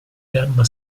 gamma